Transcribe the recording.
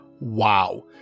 wow